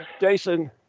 Jason